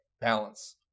balance